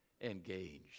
engaged